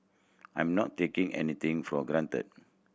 I'm not taking anything for granted